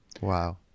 Wow